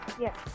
Yes